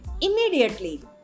immediately